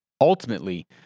ultimately